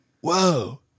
Whoa